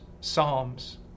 Psalms